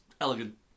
elegant